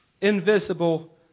invisible